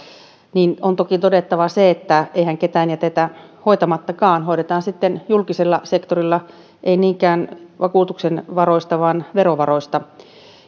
on toki todettava se että eihän ketään jätetä hoitamattakaan hoidetaan sitten julkisella sektorilla ei niinkään vakuutuksen varoista vaan verovaroista